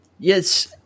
Yes